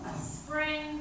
Spring